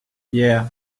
yeah